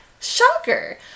Shocker